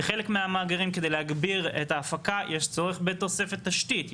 בחלק מהמאגרים כדי להגביר את ההפקה יש צורך בתוספת תשתית,